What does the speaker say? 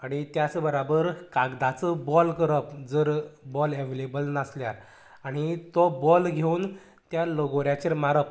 आनी त्याच बराबर कागदाचो बाॅल करप जर बाॅल एवलेबल नासल्यार आनी तो बाॅल घेवन त्या लगोऱ्यांचेर मारप